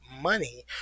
money